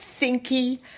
thinky